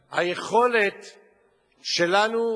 היכולת שלנו,